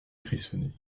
frissonner